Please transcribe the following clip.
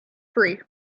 free